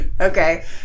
Okay